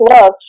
love